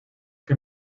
que